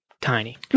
tiny